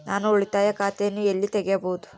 ನಾನು ಉಳಿತಾಯ ಖಾತೆಯನ್ನು ಎಲ್ಲಿ ತೆರೆಯಬಹುದು?